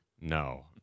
No